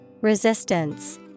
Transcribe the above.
Resistance